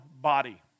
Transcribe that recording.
body